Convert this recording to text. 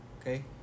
Okay